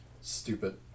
stupid